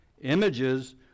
Images